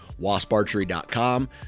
Wasparchery.com